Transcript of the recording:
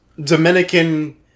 Dominican